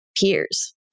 peers